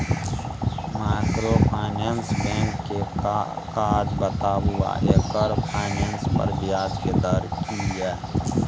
Microfinance bank के काज बताबू आ एकर फाइनेंस पर ब्याज के दर की इ?